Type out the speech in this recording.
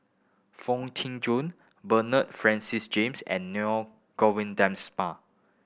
Foon Tee Jun Bernard Francis James and Govindansma